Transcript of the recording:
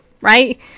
Right